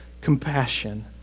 compassion